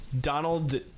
Donald